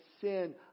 sin